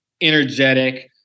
energetic